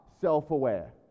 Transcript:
self-aware